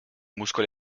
muscoli